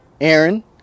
Aaron